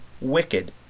wicked